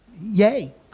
yay